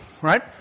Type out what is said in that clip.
right